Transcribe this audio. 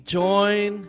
join